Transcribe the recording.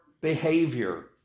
behavior